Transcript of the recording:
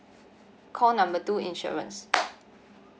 call number two insurance